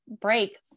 break